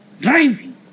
driving